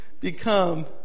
become